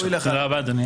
תודה רבה, אדוני.